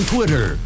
Twitter